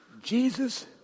Jesus